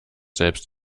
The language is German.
selbst